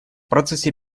процессе